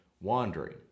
wandering